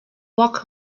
walk